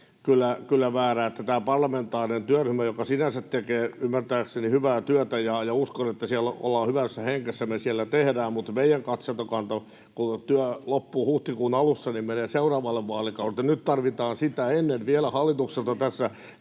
kyllä väärä. Tämä parlamentaarinen työryhmä sinänsä tekee ymmärtääkseni hyvää työtä, ja uskon, että hyvässä hengessä me siellä tehdään. Mutta meidän katsantokanta, kun työ loppuu huhtikuun alussa, menee seuraavalle vaalikaudelle. Nyt tarvitaan tässä sitä ennen vielä hallitukselta